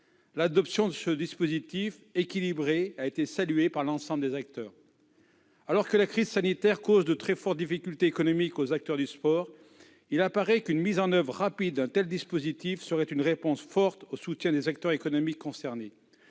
L'adoption de ce dispositif équilibré a été saluée par l'ensemble des acteurs. Alors que la crise sanitaire inflige de très fortes difficultés économiques aux acteurs du sport, la mise en oeuvre rapide d'un tel dispositif serait une réponse forte au soutien des acteurs économiques concernés.